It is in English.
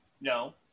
No